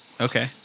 Okay